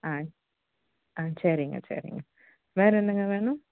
ஆ ஆ சரிங்க சரிங்க வேறு என்னங்க வேணும்